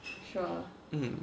mm